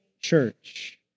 church